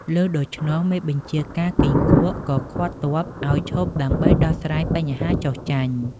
ឮដូច្នោះ មេបញ្ជាការគីង្គក់ក៏ឃាត់ទ័ពឱ្យឈប់ដើម្បីដោះស្រាយបញ្ហាចុះចាញ់។